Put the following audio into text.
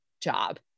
job